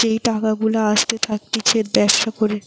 যেই টাকা গুলা আসতে থাকতিছে ব্যবসা করে